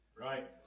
right